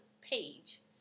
page